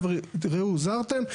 ראו הוזהרתם,